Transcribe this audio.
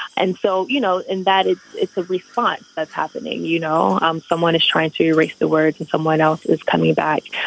and so, you know, in that it's it's a response that's happening, you know, um someone is trying to reach the words and someone else is coming back,